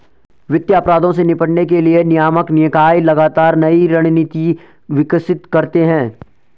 वित्तीय अपराधों से निपटने के लिए नियामक निकाय लगातार नई रणनीति विकसित करते हैं